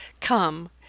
Come